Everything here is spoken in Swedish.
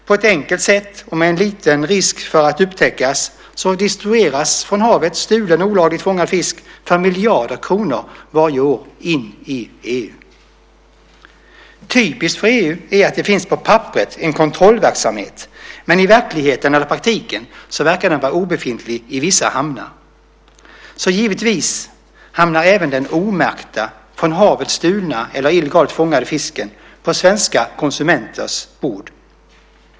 På ett enkelt sätt och med liten risk för att upptäckas distribueras från havet stulen olagligt fångad, fisk för miljarder kronor varje år in i EU. Typiskt för EU är att det på papperet finns en kontrollverksamhet, men att den i praktiken verkar vara obefintlig i vissa hamnar. Givetvis hamnar även den omärkta från havet stulna eller illegalt fångade fisken på svenska konsumenters bord.